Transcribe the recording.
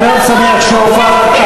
אני מאוד שמח שהופעת,